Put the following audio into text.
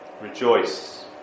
Rejoice